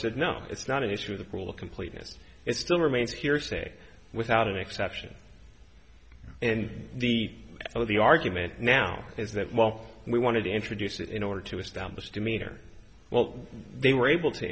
said no it's not an issue of the pool of completeness it still remains hearsay without an exception and the other the argument now is that while we wanted to introduce it in order to establish demeanor while they were able to